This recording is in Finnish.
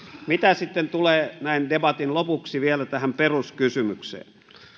mitä sitten tulee näin debatin lopuksi vielä tähän peruskysymykseen